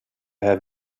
have